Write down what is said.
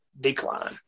Decline